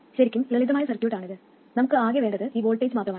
ശരിക്കും ലളിതമായ സർക്യൂട്ട് ആണ് നമുക്ക് ആകെ വേണ്ടത് ഈ വോൾട്ടേജ് മാത്രമാണ്